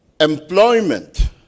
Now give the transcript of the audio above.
employment